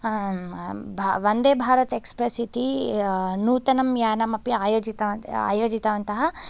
Vande Bharat express इति नूतनं यानम् अपि आयोजितवन् आयोजितवन्तः